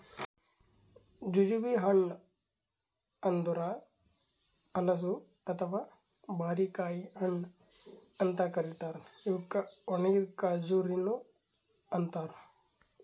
jujube ಹಣ್ಣ ಅಂದುರ್ ಹಲಸು ಅಥವಾ ಬಾರಿಕಾಯಿ ಹಣ್ಣ ಅಂತ್ ಕರಿತಾರ್ ಇವುಕ್ ಒಣಗಿದ್ ಖಜುರಿನು ಅಂತಾರ